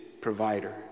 provider